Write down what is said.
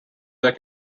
their